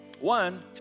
one